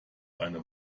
eine